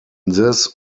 this